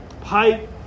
pipe